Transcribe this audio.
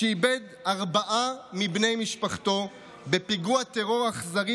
שאיבד ארבעה מבני משפחתו בפיגוע טרור אכזרי